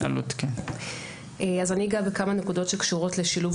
אני אגע בכמה נקודות שקשורות לשילוב